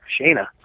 Shana